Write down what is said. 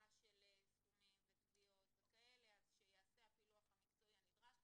של סכומים ותביעות וכו' אז שייעשה הפילוח המקצועי הנדרש.